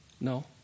No